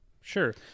sure